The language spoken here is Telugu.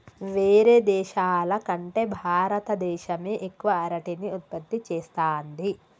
వేరే దేశాల కంటే భారత దేశమే ఎక్కువ అరటిని ఉత్పత్తి చేస్తంది